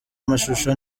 amashusho